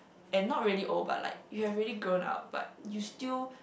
and not really old but like you've ready grown up but you still